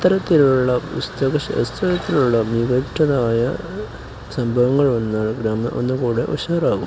ഇത്തരത്തിലുള്ള മികവുറ്റതായ സംഭവങ്ങൾ വന്നാല് ഗ്രാമം ഒന്നുകൂടെ ഉഷാറാകും